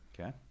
Okay